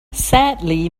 sadly